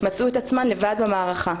מצאו את עצמן לבד במערכה.